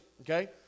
okay